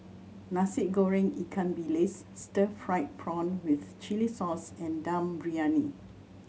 Nasi Goreng ikan bilis stir fried prawn with chili sauce and Dum Briyani